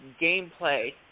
gameplay